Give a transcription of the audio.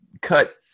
cut